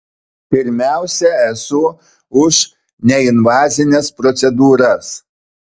pirmiausia esu už neinvazines procedūras